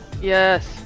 Yes